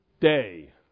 day